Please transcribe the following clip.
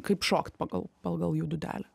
kaip šokti pagal pagal jų dūdelę